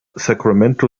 sacramento